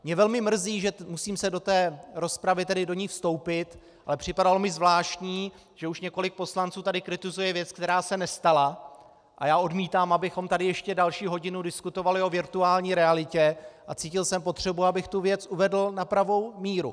Mě velmi mrzí, že musím do rozpravy vstoupit, ale připadalo mi zvláštní, že už několik poslanců tady kritizuje věc, která se nestala, a já odmítám, abychom tady ještě další hodinu diskutovali o virtuální realitě, a cítil jsem potřebu, abych tu věc uvedl na pravou míru.